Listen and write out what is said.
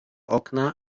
okna